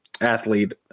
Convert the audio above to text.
athlete